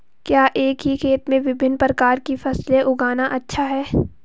क्या एक ही खेत में विभिन्न प्रकार की फसलें उगाना अच्छा है?